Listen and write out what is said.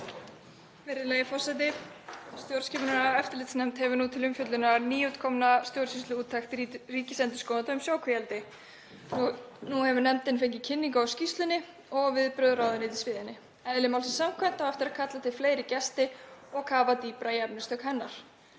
Virðulegi forseti. Stjórnskipunar- og eftirlitsnefnd hefur nú til umfjöllunar nýútkomna stjórnsýsluúttekt ríkisendurskoðanda um sjókvíaeldi. Nú hefur nefndin fengið kynningu á skýrslunni og viðbrögð ráðuneytis við henni. Eðli málsins samkvæmt á eftir að kalla til fleiri gesti og kafa dýpra í efnistök hennar.